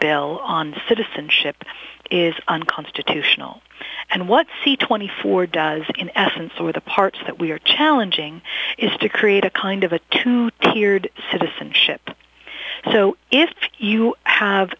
bill on citizenship is unconstitutional and what c twenty four does in essence or the parts that we are challenging is to create a kind of a two tiered citizenship so if you have